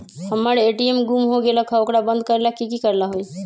हमर ए.टी.एम गुम हो गेलक ह ओकरा बंद करेला कि कि करेला होई है?